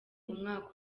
umwaka